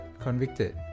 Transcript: convicted